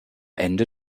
ende